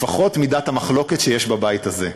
לפחות מידת המחלוקת שיש בבית הזה,